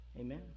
Amen